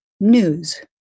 news